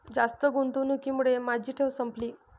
जास्त गुंतवणुकीमुळे माझी ठेव संपली